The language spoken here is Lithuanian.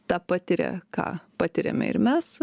tą patiria ką patiriame ir mes